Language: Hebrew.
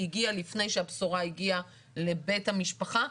הגיעה לפני שהבשורה הגיעה לבית המשפחה,